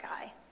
guy